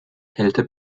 kälte